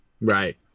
Right